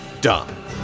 done